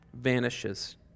vanishes